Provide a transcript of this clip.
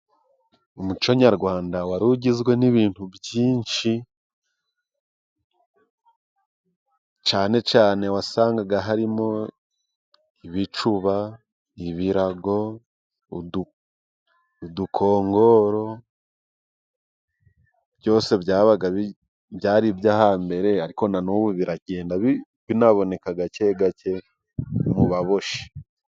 Umuco nyarwanda wari ugizwe n'ibintu byinshi cyane cyane wasangaga harimo ibicuba, ibirago, udukongoro byose byabaga byari ibyo hambere ariko nanubu biragenda binaboneka gake gake mu baboshyi.